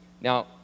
Now